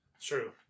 True